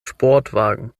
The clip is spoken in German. sportwagen